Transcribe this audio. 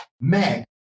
Meg